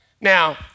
Now